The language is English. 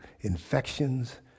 infections